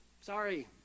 Sorry